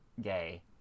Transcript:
gay